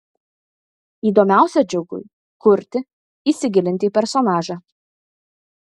įdomiausia džiugui kurti įsigilinti į personažą